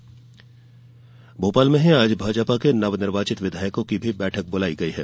भाजपा बैठक भोपाल में आज भाजपा के नवनिर्वाचित विधायकों की भी बैठक ब्रलाई गई है